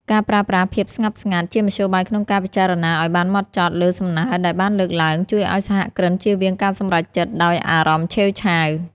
ការប្រើប្រាស់ "ភាពស្ងប់ស្ងាត់" ជាមធ្យោបាយក្នុងការពិចារណាឱ្យបានហ្មត់ចត់លើសំណើដែលបានលើកឡើង ជួយឱ្យសហគ្រិនជៀសវាងការសម្រេចចិត្តដោយអារម្មណ៍ឆេវឆាវ។